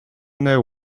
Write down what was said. know